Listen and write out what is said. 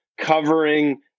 covering